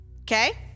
Okay